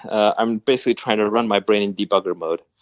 i'm basically trying to run my brain in de-bugger mode.